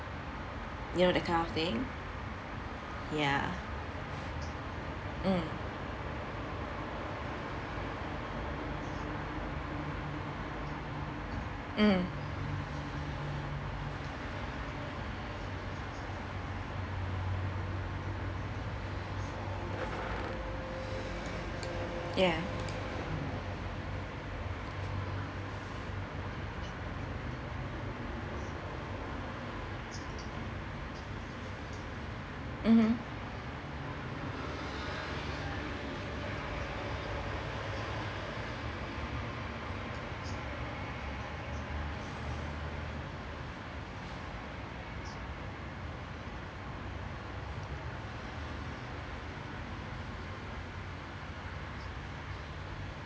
you know that kind of thing ya mm mm ya mmhmm